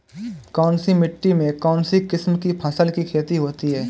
कौनसी मिट्टी में कौनसी किस्म की फसल की खेती होती है?